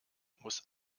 muss